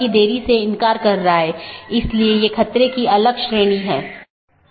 तो मैं AS1 से AS3 फिर AS4 से होते हुए AS6 तक जाऊँगा या कुछ अन्य पाथ भी चुन सकता हूँ